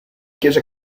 chiesa